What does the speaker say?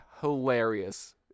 hilarious